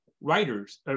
writers